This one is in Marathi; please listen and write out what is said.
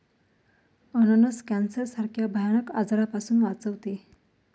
अननस कॅन्सर सारख्या भयानक आजारापासून वाचवते